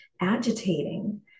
agitating